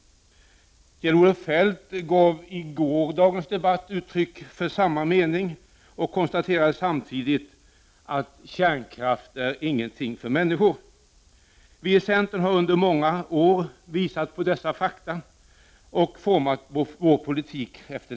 Under debatten i går gav Kjell-Olof Feldt uttryck för samma mening samtidigt som han konstaterade att kärnkraft inte är någonting för människor. Vi i centern har under många år påvisat detta faktum och format vår politik därefter.